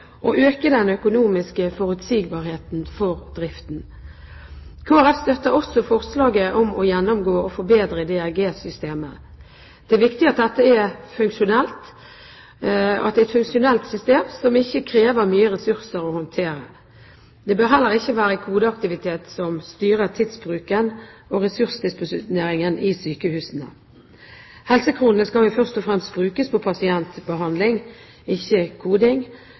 og øke den økonomiske forutsigbarheten for driften. Kristelig Folkeparti støtter også forslaget om å gjennomgå og forbedre DRG-systemet. Det er viktig at dette er et funksjonelt system som ikke krever mye ressurser å håndtere. Det bør heller ikke være kodeaktivitet som styrer tidsbruken og ressursdisponeringen i sykehusene. Helsekronene skal jo først og fremst brukes på pasientbehandling, ikke koding,